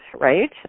right